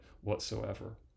whatsoever